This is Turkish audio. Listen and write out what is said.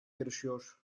yarışıyor